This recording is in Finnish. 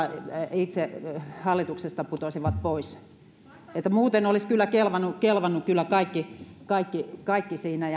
itse putosivat hallituksesta pois muuten olisi kyllä kelvannut kelvannut kaikki kaikki siinä